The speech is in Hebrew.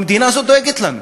המדינה הזאת דואגת לנו.